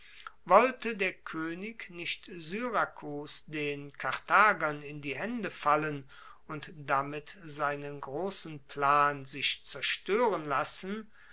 wollte der koenig nicht syrakus den karthagern in die haende fallen und damit seinen grossen plan sich zerstoeren lassen